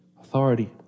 authority